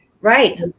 Right